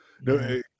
No